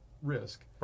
risk